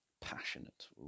Passionate